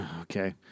Okay